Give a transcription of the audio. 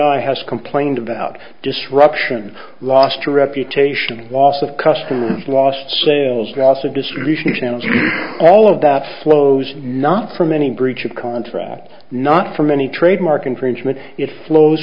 i has complained about disruption loss to reputation loss of customer lost sales gossip distribution channels all of that flows not from any breach of contract not from any trademark infringement it flows